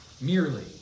merely